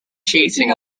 cheating